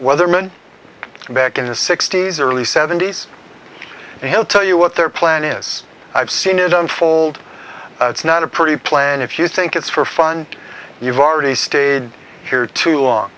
weathermen back in the sixty's early seventy's and he'll tell you what their plan is i've seen it unfold it's not a pretty plan if you think it's for fun you've already stated here two